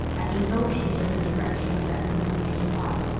and he motioned in the direction of that familiar spot,